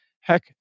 heck